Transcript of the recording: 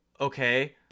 Okay